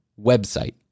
website